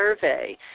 survey